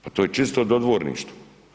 Pa to je čisto dodvorništvo.